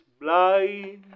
blind